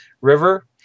River